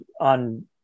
on